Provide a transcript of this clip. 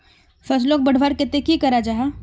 फसलोक बढ़वार केते की करा जाहा?